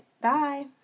Bye